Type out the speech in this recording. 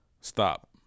stop